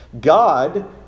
God